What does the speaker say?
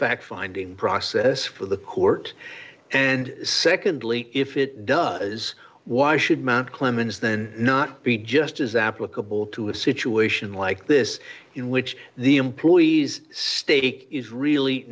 fact finding process for the court and secondly if it does why should mount clemens then not be just as applicable to a situation like this in which the employee's stake is really